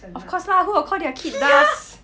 of course lah who will call their kid dust